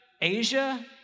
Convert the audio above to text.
Asia